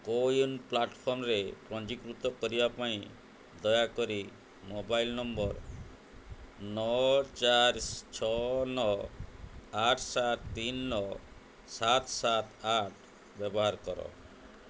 CoWIN ପ୍ଲାଟଫର୍ମରେ ପଞ୍ଜୀକୃତ କରିବା ପାଇଁ ଦୟାକରି ମୋବାଇଲ୍ ନମ୍ବର୍ ନଅ ଚାରି ଛଅ ନଅ ଆଠ ସାତ ତିନି ନଅ ସାତ ସାତ ଆଠ ବ୍ୟବହାର କର